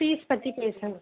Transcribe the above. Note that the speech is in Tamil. ஃபீஸ் பற்றி பேசணும்